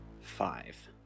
five